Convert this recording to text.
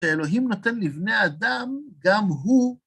שאלוהים נותן לבני אדם גם הוא.